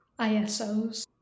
ISOs